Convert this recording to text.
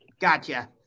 Gotcha